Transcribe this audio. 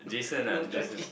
Jason ah Jason